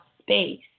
space